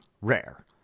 Rare